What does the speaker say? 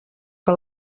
que